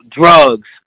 drugs